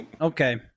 Okay